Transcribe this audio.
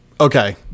okay